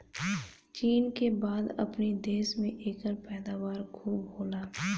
चीन के बाद अपनी देश में एकर पैदावार खूब होला